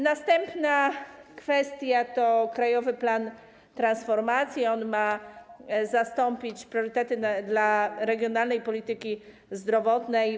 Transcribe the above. Następna kwestia to krajowy plan transformacji, który ma zastąpić priorytety dla regionalnej polityki zdrowotnej.